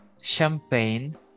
champagne